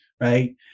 right